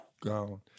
Gone